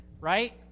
right